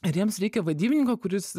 ir jiems reikia vadybininko kuris